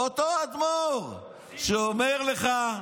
אומר לך: